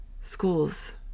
schools